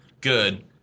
Good